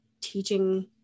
teaching